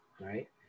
right